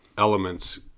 elements